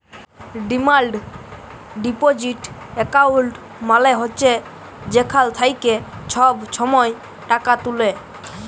demand deposit account মালে হছে যেখাল থ্যাইকে ছব ছময় টাকা তুলে